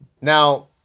Now